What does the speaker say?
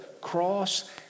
cross